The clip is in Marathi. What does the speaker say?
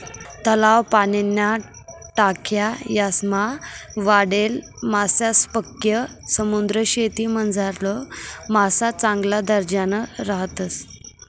तलाव, पाणीन्या टाक्या यासमा वाढेल मासासपक्सा समुद्रीशेतीमझारला मासा चांगला दर्जाना राहतस